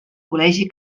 col·legi